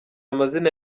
amazina